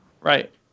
Right